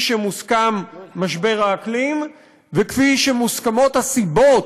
שמוסכם משבר האקלים וכפי שמוסכמות הסיבות,